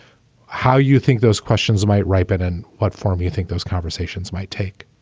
how you think those questions might ripen and what form you think those conversations might take?